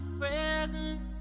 presence